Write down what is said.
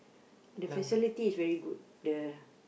the facility is very good the